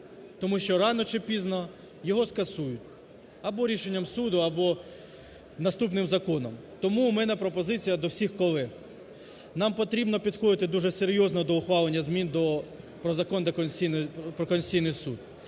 тому що рано чи пізно його скасують або рішенням суду, або наступним законом. Тому у мене пропозиція до всіх колег: нам потрібно підходити дуже серйозно до ухвалення змін про Закон "Про Конституційний Суд",